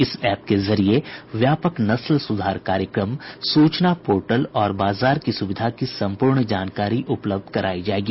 इस ऐप के जरिए व्यापक नस्ल सुधार कार्यक्रम सूचना पोर्टल और बाजार की सुविधा की संपूर्ण जानकारी उपलब्ध करायी जाएगी